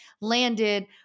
landed